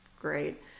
great